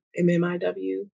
MMIW